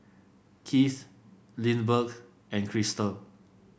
Kieth Lindbergh and Krystle